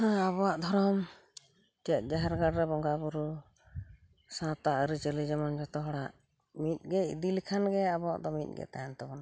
ᱟᱵᱚᱣᱟᱜ ᱫᱷᱚᱨᱚᱢ ᱪᱮᱫ ᱡᱟᱦᱮᱨ ᱜᱟᱲᱨᱮ ᱵᱚᱸᱜᱟ ᱵᱩᱨᱩ ᱥᱟᱶᱛᱟ ᱟᱹᱨᱤᱪᱟᱹᱞᱤ ᱡᱮᱢᱚᱱ ᱡᱚᱛᱚ ᱦᱚᱲᱟᱜ ᱢᱤᱫᱜᱮ ᱤᱫᱤ ᱞᱮᱠᱷᱟᱱ ᱜᱮ ᱟᱵᱚᱣᱟᱜ ᱫᱚ ᱢᱤᱫᱜᱮ ᱛᱟᱦᱮᱱ ᱛᱟᱵᱚᱱᱟ